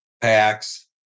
packs